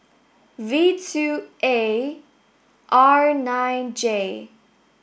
V two A R nine J